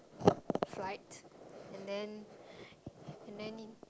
flight and then and then